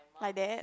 like that